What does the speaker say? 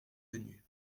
venu